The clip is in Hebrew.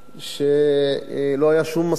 שלא היה שום משא-ומתן,